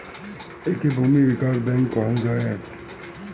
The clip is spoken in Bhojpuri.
एके भूमि विकास बैंक कहल जाला